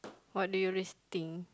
what do you always think